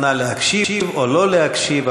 נא להקשיב או לא להקשיב,